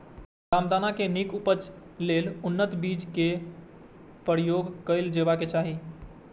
रामदाना के नीक उपज लेल उन्नत बीज केर प्रयोग कैल जेबाक चाही